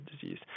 disease